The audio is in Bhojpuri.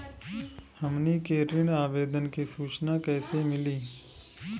हमनी के ऋण आवेदन के सूचना कैसे मिली?